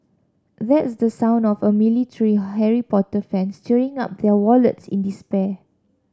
that's the sound of a million tree Harry Potter fans tearing up their wallets in despair